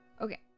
Okay